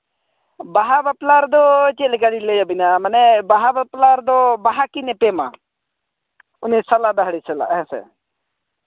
ᱵᱟᱦᱟ ᱵᱟᱯᱞᱟ ᱨᱮᱫᱚ ᱪᱮᱫᱞᱮᱠᱟ ᱞᱤᱧ ᱞᱟᱹᱭᱟᱵᱤᱱᱟ ᱢᱟᱱᱮ ᱵᱟᱦᱟ ᱵᱟᱯᱞᱟ ᱨᱮᱫᱚ ᱵᱟᱦᱟ ᱠᱤᱱ ᱮᱯᱮᱢᱟ ᱩᱱᱤ ᱥᱟᱞᱟ ᱫᱟᱹᱦᱲᱤ ᱥᱟᱞᱟᱜ ᱦᱮᱸᱥᱮ